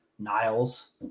Niles